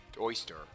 oyster